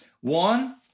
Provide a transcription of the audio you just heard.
One